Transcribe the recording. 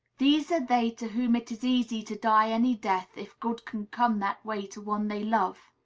these are they to whom it is easy to die any death, if good can come that way to one they love.